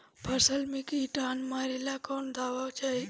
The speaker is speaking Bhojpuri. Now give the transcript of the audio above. फसल में किटानु मारेला कौन दावा चाही?